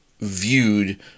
viewed